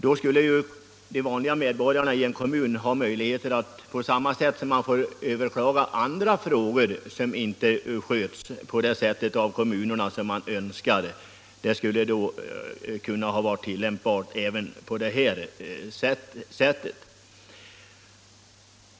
Då skulle medborgarna i en kommun haft möjlighet att överklaga på samma sätt som i andra frågor som inte skötts av kommunerna på det sätt som man önskar. Det förfarandet borde ha varit tillämpbart även här.